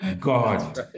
God